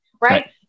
right